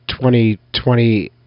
2020